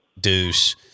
Deuce